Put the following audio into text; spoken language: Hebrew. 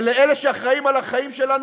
ולאלה שאחראים לחיים שלנו,